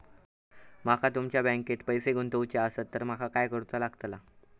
माका तुमच्या बँकेत पैसे गुंतवूचे आसत तर काय कारुचा लगतला?